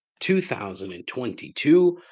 2022